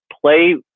play